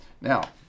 Now